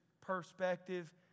perspective